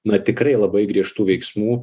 na tikrai labai griežtų veiksmų